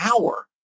hour